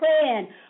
praying